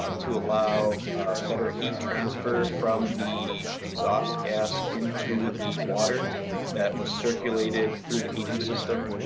ah to allow better heat transfer from the exhaust gas into the water that was circulated through the heating system.